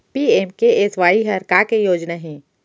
PMKSY हर का के योजना हे?